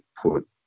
put